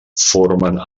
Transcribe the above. forment